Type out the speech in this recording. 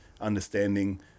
understanding